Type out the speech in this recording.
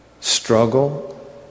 struggle